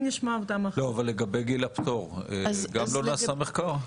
לגבי גיל הפטור, גם לא נעשה מחקר?